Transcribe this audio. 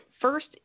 first